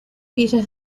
better